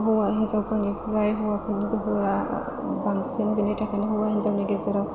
हौवा हिनजावफोरनिफ्राय हौवाफोरनि गोहोआ बांसिन बिनि थाखायनो हौवा हिनजावनि गेजेराव